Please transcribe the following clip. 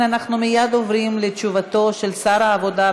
אנחנו מייד עוברים לתשובתו של שר העבודה,